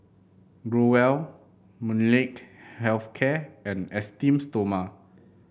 Growell Molnylcke Health Care and Esteem Stoma